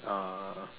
uh